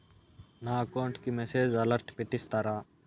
నా అకౌంట్ కి message alert పెట్టిస్తారా